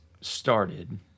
started